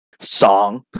song